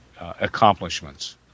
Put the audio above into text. accomplishments